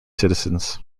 citizens